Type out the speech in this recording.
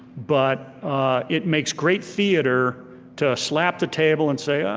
but it makes great theater to slap the table and say, ah,